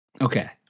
Okay